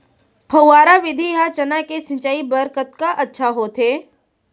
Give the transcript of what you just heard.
फव्वारा विधि ह चना के सिंचाई बर कतका अच्छा होथे?